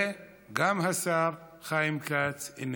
וגם השר חיים כץ איננו.